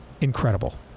incredible